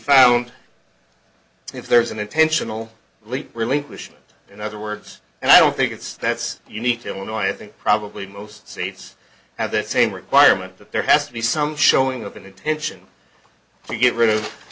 found if there's an intentional leap relinquishment in other words and i don't think it's that's unique to illinois i think probably most states have that same requirement that there has to be some showing up in attention to get rid of